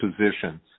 positions